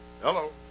Hello